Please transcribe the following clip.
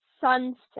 sunset